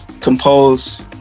compose